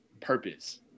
purpose